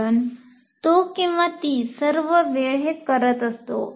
कारण तो किंवा ती सर्व वेळ हे करत असतो